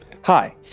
Hi